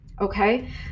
Okay